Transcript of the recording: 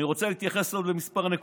אני רוצה להתייחס לעוד כמה נקודות.